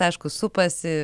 aišku supasi